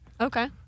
Okay